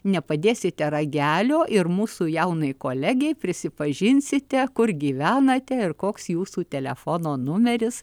nepadėsite ragelio ir mūsų jaunai kolegei prisipažinsite kur gyvenate ir koks jūsų telefono numeris